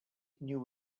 knew